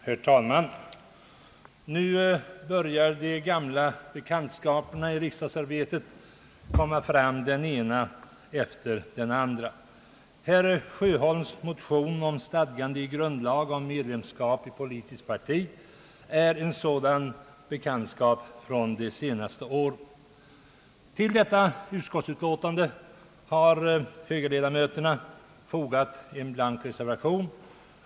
Herr talman! Nu börjar de gamla bekantskaperna i riksdagsarbetet komma fram den ena efter den andra. Herr Sjöholms motion om stadgande i grundlag angående förvärv av medlemskap i politiskt parti är en sådan bekantskap från de senaste åren. Till det föreliggande utskottsutlåtandet har högerledamöterna fogat en blank reservation.